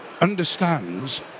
understands